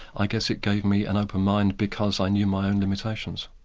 i guess it gave me an open mind because i knew my own limitations.